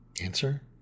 Answer